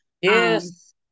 Yes